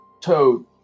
Toad